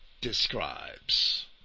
describes